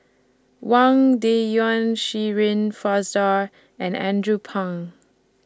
Wang Dayuan Shirin Fozdar and Andrew Phang